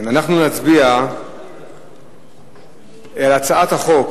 אנחנו נצביע בקריאה שנייה על הצעת חוק